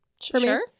Sure